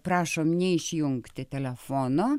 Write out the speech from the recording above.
prašom neišjungti telefono